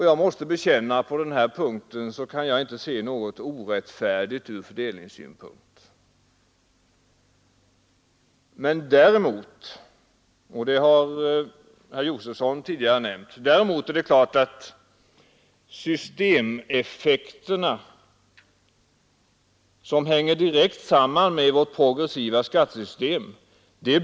Jag måste bekänna att jag inte kan se något orättfärdigt från fördelningssynpunkt i detta. Däremot är det — som herr Josefson i Arrie tidigare nämnt — klart att det bör fattas beslut här i kammaren i vanlig ordning om systemeffekterna, som hänger direkt samman med vårt progressiva skattesystem.